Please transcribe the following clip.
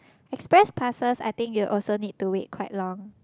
express passes I think you also need to wait quite long